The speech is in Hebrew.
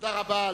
תודה רבה.